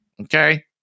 Okay